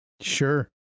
Sure